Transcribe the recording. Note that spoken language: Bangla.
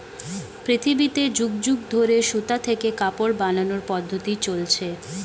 পৃথিবীতে যুগ যুগ ধরে সুতা থেকে কাপড় বানানোর পদ্ধতি চলছে